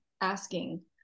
asking